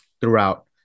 throughout